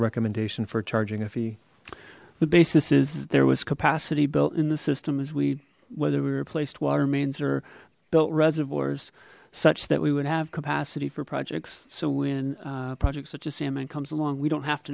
recommendation for charging a fee the basis is there was capacity built in the system as we whether we replaced water mains or built reservoirs such that we would have capacity for projects so when a project such as salmon comes along we don't have to